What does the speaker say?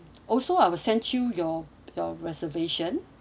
also I'll send you your your reservation